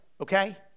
okay